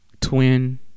twin